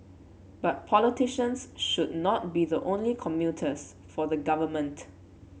but politicians should not be the only communicators for the government